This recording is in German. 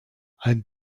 ein